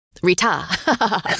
Rita